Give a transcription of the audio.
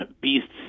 beasts